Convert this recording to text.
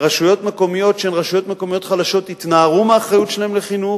רשויות מקומיות שהן רשויות מקומיות חלשות התנערו מהאחריות שלהן לחינוך.